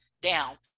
down